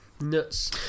Nuts